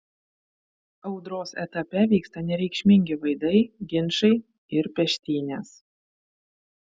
audros etape vyksta nereikšmingi vaidai ginčai ir peštynės